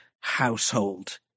household